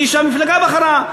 מי שהמפלגה בחרה.